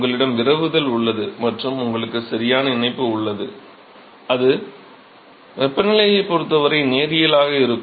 உங்களிடம் விரவுதல் உள்ளது மற்றும் உங்களுக்கு சரியான இணைப்பு உள்ளது அது வெப்பநிலையைப் பொறுத்தவரை நேரியலாக இருக்கும்